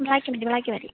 black മതി black മതി